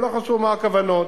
ולא חשוב מה הכוונות,